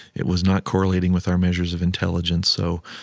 it was not correlating with our measures of intelligence. so,